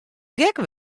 gek